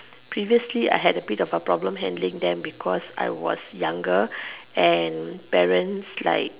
previously I had a bit of a problem handling them because I was younger and parents like